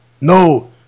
No